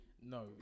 no